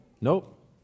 Nope